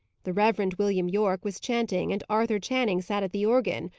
the reverend william yorke was chanting, and arthur channing sat at the organ.